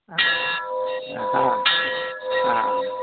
ആ ആ ആ ആ